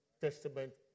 Testament